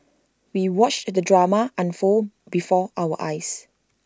we watched the drama unfold before our eyes